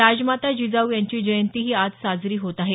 राजमाता जिजाऊ यांची जयंतीही आज साजरी होत आहे